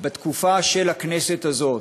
בתקופה של הכנסת הזאת,